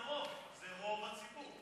את יודעת, קואליציה זה רוב, זה רוב הציבור.